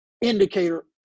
indicator